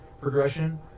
progression